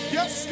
Yes